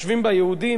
יושבים בה יהודים,